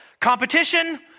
competition